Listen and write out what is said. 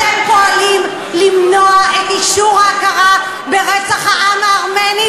אתם פועלים למנוע את אישור ההכרה ברצח העם הארמני,